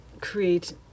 create